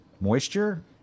moisture